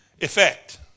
effect